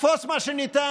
תפוס מה שניתן.